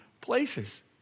places